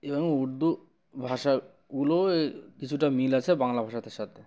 এবং উর্দু ভাষাগুলোও কিছুটা মিল আছে বাংলা ভাষাতে সাথে